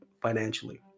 financially